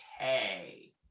okay